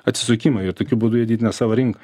atsisukimą ir tokiu būdu jie didina savo rinką